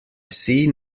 see